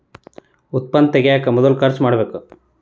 ಉತ್ಪನ್ನಾ ತಗಿಯಾಕ ಮೊದಲ ಖರ್ಚು ಮಾಡಬೇಕ